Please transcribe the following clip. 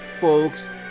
folks